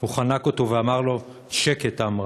הוא חנק אותו ואמר לו: שקט, עמרם.